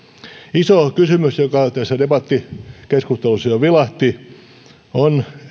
iso kysymys joka tässä debattikeskustelussa jo vilahti on